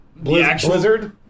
Blizzard